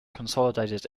consolidated